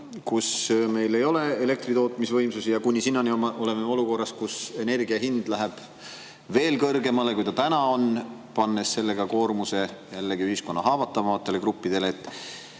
kus meil ei ole elektritootmisvõimsusi. Ja kuni sinnani oleme olukorras, kus energia hind läheb veel kõrgemale, kui ta täna on, pannes sellega koormuse jällegi ühiskonna haavatavamatele gruppidele.